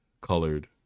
colored